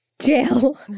Jail